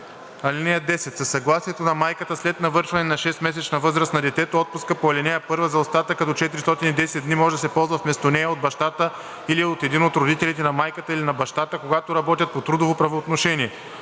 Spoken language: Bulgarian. „(10) Със съгласието на майката след навършване на 6 месечна възраст на детето отпускът по ал. 1 за остатъка до 410 дни може да се ползва вместо нея от бащата или от един от родителите на майката или на бащата, когато работят по трудово правоотношение.“